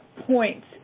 points